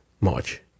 March